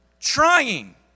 Trying